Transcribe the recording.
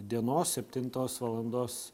dienos septintos valandos